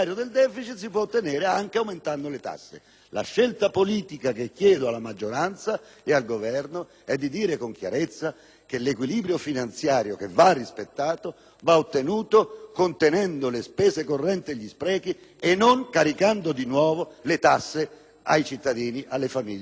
la scelta politica che chiedo alla maggioranza e al Governo è di dire con chiarezza che l'equilibrio finanziario, che va rispettato, deve essere ottenuto contenendo le spese correnti e gli sprechi e non caricando di nuovo le tasse su cittadini, famiglie ed imprese.